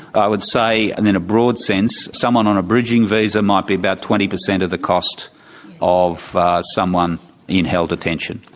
i would say that and in a broad sense someone on a bridging visa might be about twenty percent of the cost of someone in held detention.